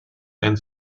and